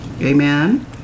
Amen